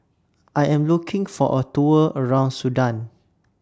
I Am looking For A Tour around Sudan